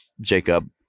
Jacob